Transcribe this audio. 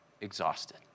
exhausted